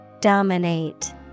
Dominate